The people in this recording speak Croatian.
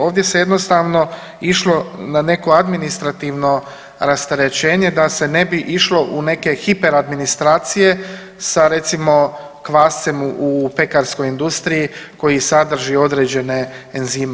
Ovdje se jednostavno išlo na neko administrativno rasterećenje da se ne bi išlo u neke hiper administracije sa recimo kvascem u pekarskoj industriji koji sadrži određene enzime.